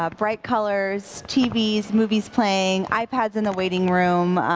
ah bright colors, t v s, movies playing, ipads in the waiting room,